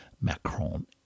Macron